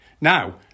Now